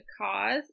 cause